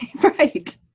Right